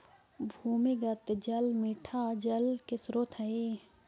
भूमिगत जल मीठा जल के स्रोत हई